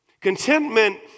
Contentment